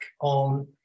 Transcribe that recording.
on